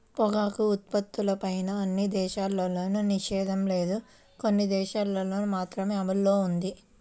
పొగాకు ఉత్పత్తులపైన అన్ని దేశాల్లోనూ నిషేధం లేదు, కొన్ని దేశాలల్లో మాత్రమే అమల్లో ఉన్నది